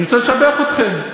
אני רוצה לשבח אתכם.